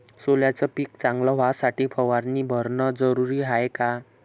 सोल्याचं पिक चांगलं व्हासाठी फवारणी भरनं जरुरी हाये का?